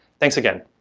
thanks again.